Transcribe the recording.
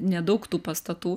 nedaug tų pastatų